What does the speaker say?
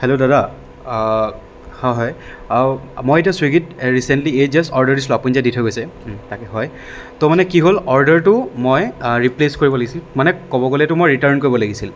hello দাদা হয় হয় মই এতিয়া ছুইগিত ৰিচেণ্টলী এই জাষ্ট অৰ্ডাৰ দিছিলোঁ আপুনি যে দি থৈ গৈছে তাকে হয় তো মানে কি হ'ল অৰ্ডাৰটো মই ৰিপ্লেচ কৰিব লাগিছিল মানে ক'ব গ'লে এইটো মই ৰিটাৰ্ণ কৰিব লাগিছিল